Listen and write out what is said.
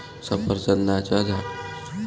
सफरचंदाच्या झाडाचा उगम मध्य आशियात झाला